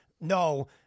no